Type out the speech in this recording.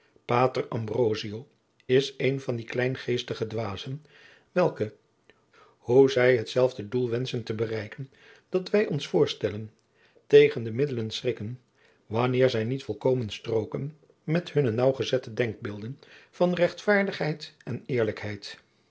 ambrosio is een van die kleingeestige dwazen welke hoezeer zij hetzelfde doel wenschen te bereiken dat wij ons voorstellen tegen de middelen schrikken wanneer zij niet volkomen stroken met hunne naauwgezette denkbeelden van rechtvaardigheid en eerlijkheid